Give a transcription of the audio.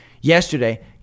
yesterday